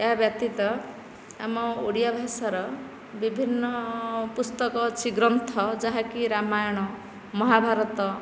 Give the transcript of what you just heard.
ଏହାବ୍ୟତୀତ ଆମ ଓଡ଼ିଆ ଭାଷାର ବିଭିନ୍ନ ପୁସ୍ତକ ଅଛି ଗ୍ରନ୍ଥ ଯାହାକି ରାମାୟଣ ମହାଭାରତ